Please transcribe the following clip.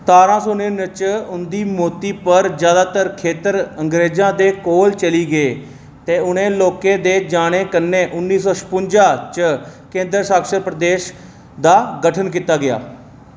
सतारां सौ नड़ीनुए च उं'दी मौती पर जादातर खेत्तर अंग्रेजें दे कोल चली गे ते उ'नें लोकें दे जाने कन्नै उन्नी सौ छपुंजा च केंदर शासत प्रदेश दा गठन कीता गेआ